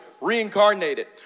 reincarnated